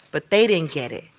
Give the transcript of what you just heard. but they didn't get it.